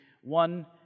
one